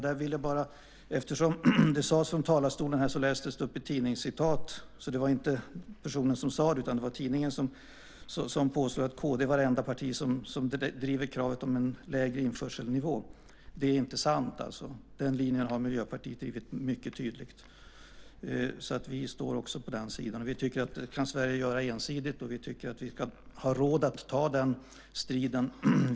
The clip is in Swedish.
Där vill jag bara göra ett påpekande, eftersom det lästes upp ett tidningscitat från talarstolen. Det var alltså inte talaren som sade det utan det var tidningen som påstod att kd var det enda parti som driver kravet på en lägre införselnivå. Det är inte sant. Den linjen har Miljöpartiet drivit mycket tydligt. Vi står också på den sidan. Vi tycker att Sverige kan införa det ensidigt, och vi tycker att vi ska ha råd att ta den striden.